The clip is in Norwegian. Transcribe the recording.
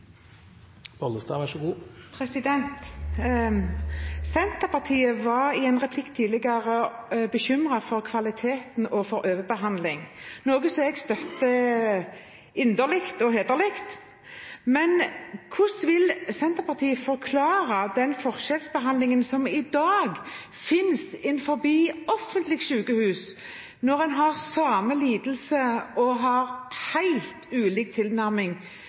for overbehandling, noe jeg støtter inderlig og hederlig, men hvordan vil Senterpartiet forklare den forskjellsbehandlingen som i dag finnes innenfor offentlige sykehus – når en har samme lidelse og har helt ulik tilnærming